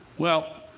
well,